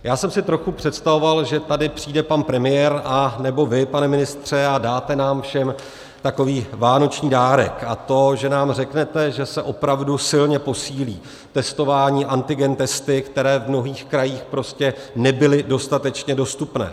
Trochu jsem si představoval, že tady přijde pan premiér anebo vy, pane ministře, a dáte nám všem takový vánoční dárek, a to že nám řeknete, že se opravdu silně posílí testování antigen testy, které v mnohých krajích prostě nebyly dostatečně dostupné.